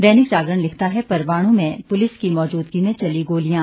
दैनिक जागरण लिखता है परवाणू में पुलिस की मौजूदगी में चली गोलियां